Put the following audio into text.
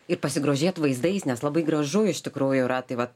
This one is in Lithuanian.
ir pasigrožėt vaizdais nes labai gražu iš tikrųjų yra tai va